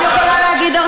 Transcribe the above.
את יכולה להגיד טועים,